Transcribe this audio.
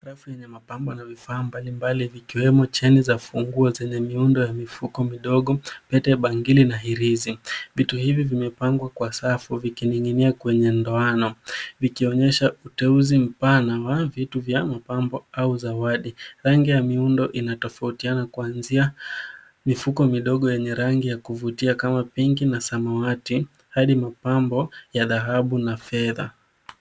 Rafu yenye mapambo ya vifaa mbalimbali vikiwemo cheni za funguo zenye miundo ya mifuko midogo, pete bangili na hirizi. Vitu hivi vimepangwa kwa safu, vikining'inia kwenye ndoano, vikionyesha uteuzi mpana wa vitu vya mapambo au zawadi. Rangi ya miundo inatofautiana kuanzia mifuko midogo yenye rangi kuvutia kama pink na samawati, hadi mapambo ya dhahabu na fedha.